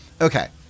Okay